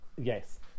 yes